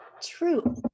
true